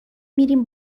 میریم